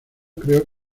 creo